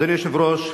אדוני היושב-ראש,